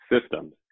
systems